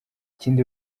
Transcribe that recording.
ikindi